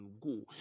Go